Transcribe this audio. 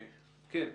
כן.